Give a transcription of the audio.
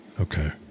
Okay